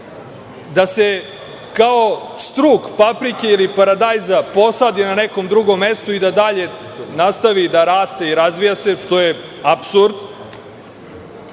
da se kao struk paprike ili paradajza posadi na nekom drugom mestu i da dalje nastavi da raste i razvija se, što je apsurd.